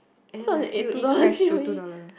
and then the C_O_E crash to two dollar